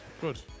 good